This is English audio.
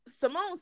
Simone